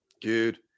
dude